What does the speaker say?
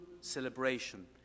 celebration